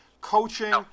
Coaching